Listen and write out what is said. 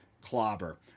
clobber